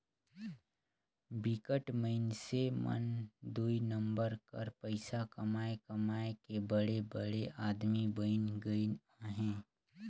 बिकट के मइनसे मन दुई नंबर कर पइसा कमाए कमाए के बड़े बड़े आदमी बइन गइन अहें